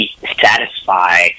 satisfy